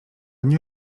nie